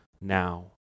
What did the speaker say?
now